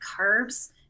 carbs